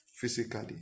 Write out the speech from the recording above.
physically